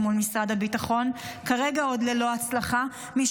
מול משרד הביטחון עוד ללא הצלחה כרגע,